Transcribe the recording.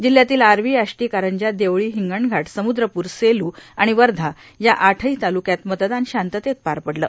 जिल्हयातील आर्वी आष्टी कारंजा देवळी हिंगणघाट सम्द्रप्र सेलू आणि वर्धा या आठही तालुक्यात मतदान शांततेत पार पडलं